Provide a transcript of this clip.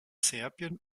serbien